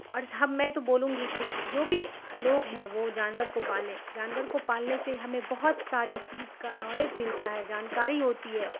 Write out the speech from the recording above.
اور ہم میں تو بولوں گی کہ جو بھی لوگ ہیں وہ جانور کو پالیں جانور کو پالنے سے ہمیں بہت ساری چیز کا نالج ملتا ہے جانکاری ہوتی ہے